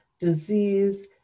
disease